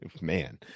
man